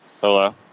Hello